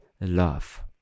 love